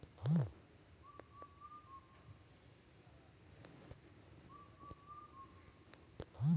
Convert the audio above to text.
তরল সার হাকান ভুঁইতে চাষের তন্ন দেয়